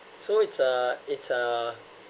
so it's uh it's uh